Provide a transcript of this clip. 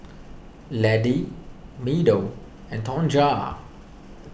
Laddie Meadow and Tonja